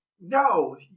no